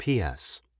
PS